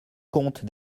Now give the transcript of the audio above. compte